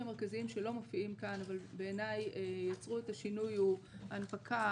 המרכזיים שלא מופיעים כאן אבל בעיני יצרו את השינוי הוא הנפקה,